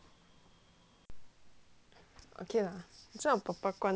okay lah 叫我爸爸关外面的 aircon